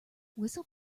whistle